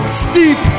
steep